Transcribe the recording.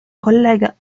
collega